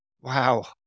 wow